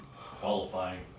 qualifying